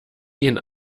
ihnen